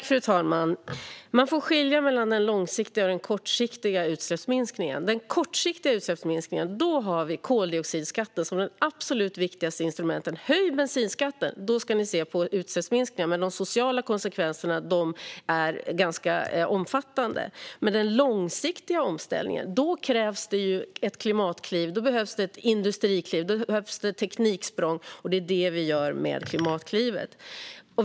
Fru talman! Man får skilja mellan den långsiktiga och den kortsiktiga utsläppsminskningen. För den kortsiktiga utsläppsminskningen har vi koldioxidskatten som det absolut viktigaste instrumentet. Höj bensinskatten, så ska ni få se på utsläppsminskningar! De sociala konsekvenserna är dock ganska omfattande. För den långsiktiga omställningen krävs i stället ett klimatkliv. Då behövs det ett industrikliv och ett tekniksprång, och det är det vi gör med Klimatklivet.